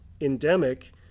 endemic